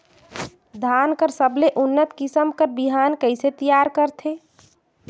धान कर सबले उन्नत किसम कर बिहान कइसे तियार करथे?